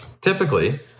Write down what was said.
Typically